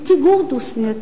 מיקי גורדוס נהיית.